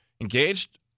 engaged